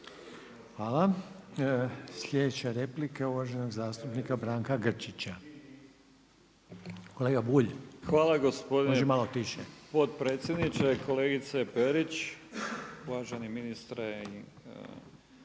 Hvala. Sljedeća replika je uvaženog zastupnika Branka Grčića. **Grčić, Branko (SDP)** Hvala gospodine potpredsjedniče, kolegice Perić, uvaženi ministre i